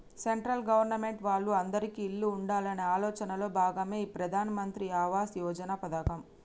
central government వాళ్ళు అందిరికీ ఇల్లు ఉండాలనే ఆలోచనలో భాగమే ఈ ప్రధాన్ మంత్రి ఆవాస్ యోజన పథకం